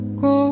go